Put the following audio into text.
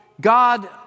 God